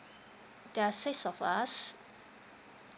there are six of us